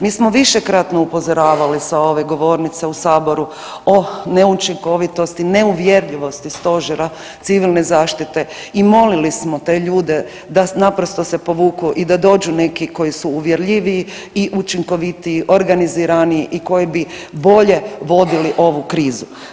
Mi smo višekratno upozoravali sa ove govornice u saboru o neučinkovitosti, neuvjerljivosti stožera civilne zaštite i molili smo te ljude da naprosto se povuku i da dođu koji su uvjerljiviji i učinkovitiji, organiziraniji i koji bi bolje vodili ovu krizu.